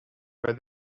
where